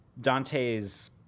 Dante's